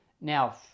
Now